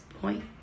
point